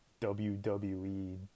WWE